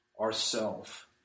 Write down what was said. Ourself